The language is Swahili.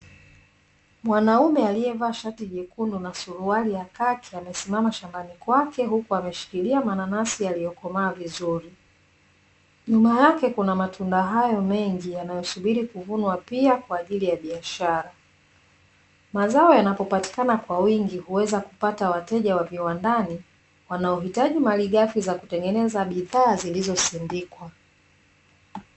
Mwanaume aliyevaa shati jekundu na suruali ya kaki, amesimama shambani kwake huku ameshikilia mananasi yaliyokomaa vizuri. Nyuma yake kuna matunda hayo mengi yanayosubiri kuvunwa pia kwa ajili ya biashara. Mazao yanapopatikana kwa wingi huweza kupata wateja wa viwandani, wanaohitaji malighafi za kutengeneza bidhaa zilizosindikwa.